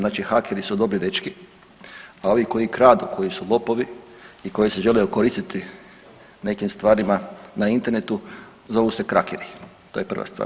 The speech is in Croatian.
Znači hakeri su dobri dečki, a ovi koji kradu koji su lopovi i koji se žele okoristiti nekim stvarima na internetu zovu se krakeri, to je prva stvar.